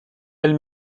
elle